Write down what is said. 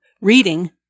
reading